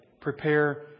Prepare